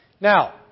Now